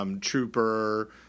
Trooper